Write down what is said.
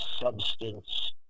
substance